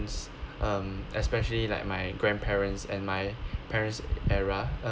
um especially like my grandparents' and my parents' era uh